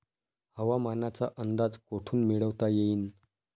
हवामानाचा अंदाज कोठून मिळवता येईन?